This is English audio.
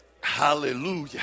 Hallelujah